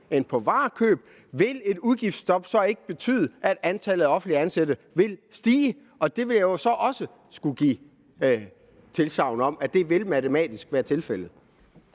end på varekøb, vil et udgiftsstop så ikke betyde, at antallet af offentligt ansatte vil stige? Det ville jeg jo så også skulle give tilsagn om matematisk ville være tilfældet.